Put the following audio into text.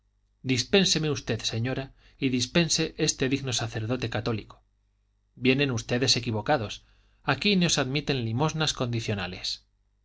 dispénseme usted señora y dispense este digno sacerdote católico vienen ustedes equivocados aquí no se admiten limosnas condicionales